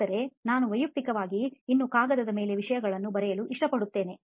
ಆದರೆ ನಾನು ವೈಯಕ್ತಿಕವಾಗಿ ಇನ್ನೂ ಕಾಗದದ ಮೇಲೆ ವಿಷಯಗಳನ್ನು ಬರೆಯಲು ಇಷ್ಟಪಡುತ್ತೇನೆ